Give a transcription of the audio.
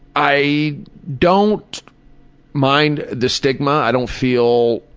i don't mind the stigma, i don't feel